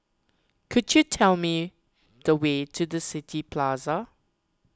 could you tell me the way to the City Plaza